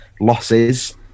losses